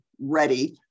ready